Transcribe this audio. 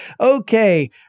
Okay